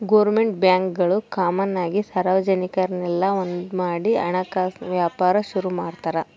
government ಬ್ಯಾಂಕ್ಗುಳು common ಆಗಿ ಸಾರ್ವಜನಿಕುರ್ನೆಲ್ಲ ಒಂದ್ಮಾಡಿ ಹಣಕಾಸಿನ್ ವ್ಯಾಪಾರ ಶುರು ಮಾಡ್ತಾರ